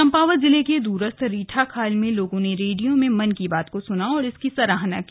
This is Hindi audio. चंपावत जिले के द्रस्थ रीठा खाल में लोगो ने रेडियो में मन की बात को सुना और इसकी सराहना की